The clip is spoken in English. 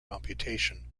computation